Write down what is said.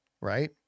right